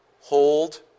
Hold